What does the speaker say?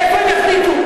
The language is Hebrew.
איפה הם יחליטו.